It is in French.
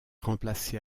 remplacé